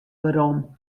werom